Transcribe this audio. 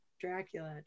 Dracula